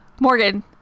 Morgan